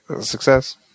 Success